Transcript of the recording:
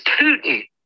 Putin